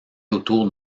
autour